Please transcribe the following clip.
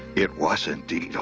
it was indeed